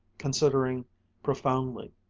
considering profoundly.